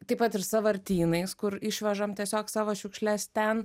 taip pat ir sąvartynais kur išvežam tiesiog savo šiukšles ten